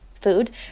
food